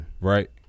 Right